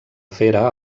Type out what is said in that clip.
fera